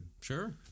sure